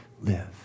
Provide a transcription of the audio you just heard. Live